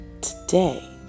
today